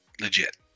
legit